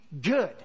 good